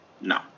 no